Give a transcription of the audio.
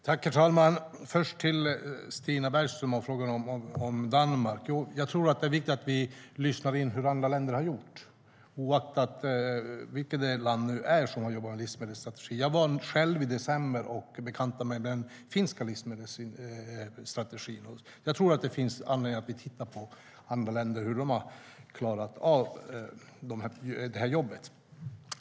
Herr talman! Jag ska först vända mig till Stina Bergström när det gäller frågan om Danmark. Jag tror att det är viktigt att vi lyssnar in hur andra länder har gjort, oavsett vilket land det är som jobbar med en livsmedelsstrategi. Jag var i december i Finland och bekantade mig med den finska livsmedelsstrategin, och jag tror att det finns anledning för oss att titta på hur andra länder har klarat av detta jobb.